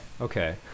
okay